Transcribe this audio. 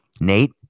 nate